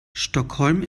stockholm